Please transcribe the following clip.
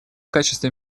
качестве